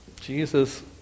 Jesus